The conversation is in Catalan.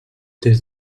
des